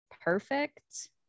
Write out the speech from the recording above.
perfect